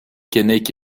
keinec